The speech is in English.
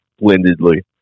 splendidly